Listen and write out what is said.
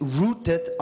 rooted